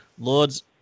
Lords